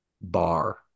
Bar